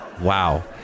Wow